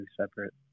separate